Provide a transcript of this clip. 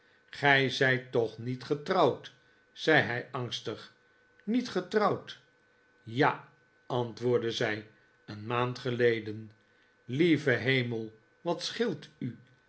gij zijt toch niet getrouwd zei hij angstig niet getrouwd ja antwoordde zij een maand geleden lieve hemel wat scheelt u